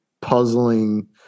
puzzling